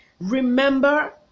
Remember